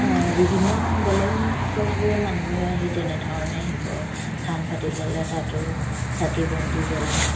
বিভিন্ন বেলেগ ওচৰ চুবুৰীয়া মানুহে আহি তেনেধৰণে শিৱ থান পাতি ল'লে তাতো চাকি বন্তি জ্বলায়